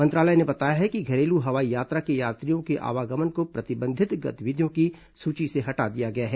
मंत्रालय ने बताया है कि घरेलू हवाई यात्रा के यात्रियों के आवागमन को प्रतिबंधित गतिविधियों की सूची से हटा दिया गया है